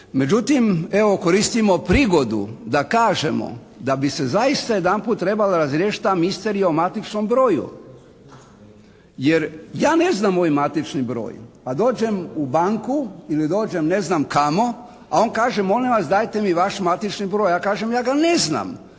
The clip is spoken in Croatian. Međutim evo koristimo prigodu da kažemo da bi se zaista jedanput trebala razriješiti ta misterija o matičnom broju. Jer ja ne znam moj matični broj, a dođem u banku ili dođem ne znam kamo a on kaže: «Molim vas dajte mi vaš matični broj». Ja kažem: «Ja ga ne znam.»